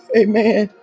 amen